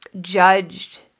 judged